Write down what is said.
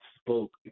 spoke